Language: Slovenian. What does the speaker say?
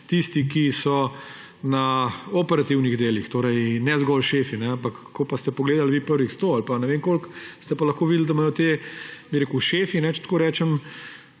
tisti, ki so na operativnih delih, ne zgolj šefi. Ko pa ste pogledali vi prvih 100 ali pa ne vem koliko, ste pa lahko videli, da imajo ti, bi rekel, šefi, če tako rečem,